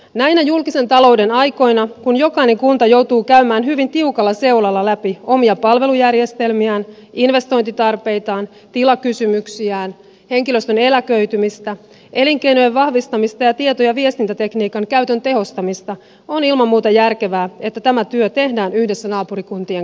näinä julkisen talouden aikoina kun jokainen kunta joutuu käymään hyvin tiukalla seulalla läpi omia palvelujärjestelmiään investointitarpeitaan tilakysymyksiään henkilöstön eläköitymistä elinkeinojen vahvistamista ja tieto ja viestintätekniikan käytön tehostamista on ilman muuta järkevää että tämä työ tehdään yhdessä naapurikuntien kanssa